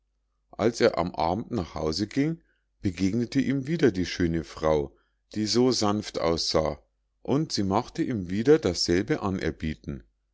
als er am abend nach hause ging begegnete ihm wieder die schöne frau die so sanft aussah und sie machte ihm wieder dasselbe anerbieten